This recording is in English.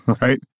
right